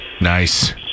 Nice